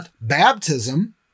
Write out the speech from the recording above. baptism